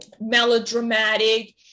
melodramatic